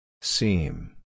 Seam